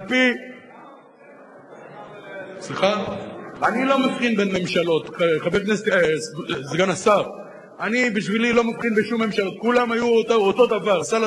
למשל אני, בחודש האחרון, מטפל במישהו שצריך את